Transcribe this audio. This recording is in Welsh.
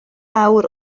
awr